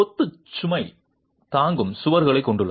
கொத்து சுமை தாங்கும் சுவர்களைக் கொண்டுள்ளது